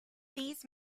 these